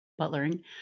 butlering